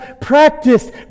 practiced